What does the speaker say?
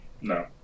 No